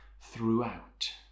throughout